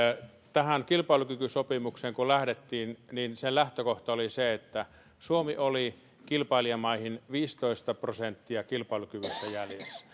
tähän kilpailukykysopimukseen kun lähdettiin sen lähtökohta oli se että suomi oli kilpailijamaihin viisitoista prosenttia kilpailukyvyssä jäljessä me